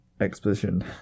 exposition